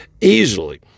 easily